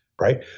Right